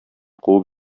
куып